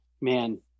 man